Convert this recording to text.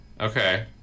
Okay